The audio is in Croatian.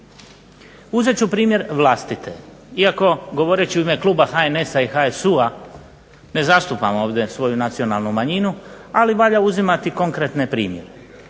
Uzet ću primjer vlastite, iako govoreći u ime kluba HNS-HSU-a ne zastupam ovdje svoju nacionalnu manjinu, ali valja uzimati konkretne primjere.